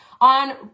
on